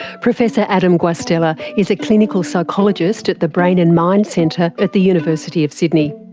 professor adam guastella is a clinical psychologist at the brain and mind centre at the university of sydney.